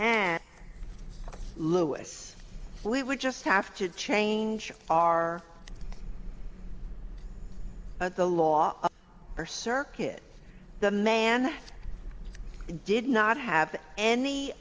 and lewis we would just have to change our of the law or circuit the man did not have any